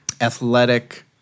athletic –